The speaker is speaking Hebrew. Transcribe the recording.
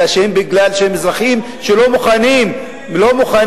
אלא מפני שהם אזרחים שלא מוכנים לחיות,